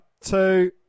Two